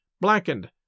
blackened